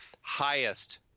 highest